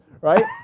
right